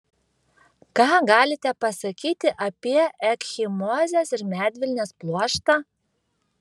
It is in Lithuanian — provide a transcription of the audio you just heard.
ką galite pasakyti apie ekchimozes ir medvilnės pluoštą